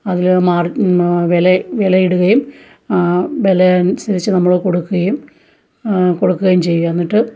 അതില് മാർ വില വില ഇടുകയും വില അനുസരിച്ച് നമ്മള് കൊടുക്കുകയും കൊടുക്കുകയും ചെയ്യുക എന്നിട്ട്